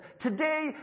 Today